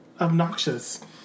obnoxious